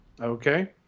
Okay